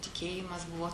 tikėjimas buvo